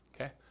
okay